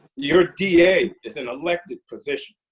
your d a. is an elected position,